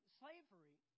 slavery